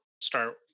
start